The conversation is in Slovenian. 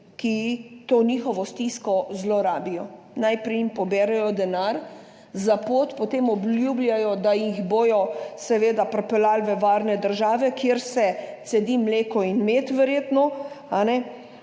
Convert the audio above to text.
ki to njihovo stisko zlorabijo. Najprej jim poberejo denar za pot, potem obljubljajo, da jih bodo seveda pripeljali v varne države, kjer se cedi mleko in med verjetno,